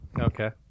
Okay